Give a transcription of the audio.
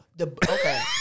Okay